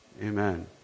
Amen